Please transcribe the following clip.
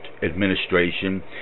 administration